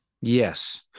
Yes